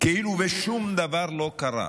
כאילו שום דבר לא קרה,